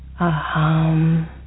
Aham